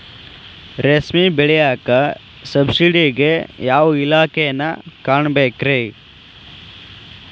ರೇಷ್ಮಿ ಬೆಳಿಯಾಕ ಸಬ್ಸಿಡಿಗೆ ಯಾವ ಇಲಾಖೆನ ಕಾಣಬೇಕ್ರೇ?